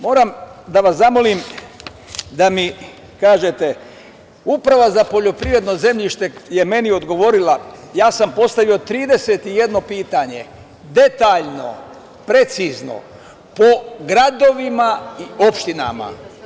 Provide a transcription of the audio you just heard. Moram da vas zamolim da mi kažete, Uprava za poljoprivredno zemljište je meni odgovorila, postavio sam 31 pitanje, detaljno, precizno po gradovima i opštinama.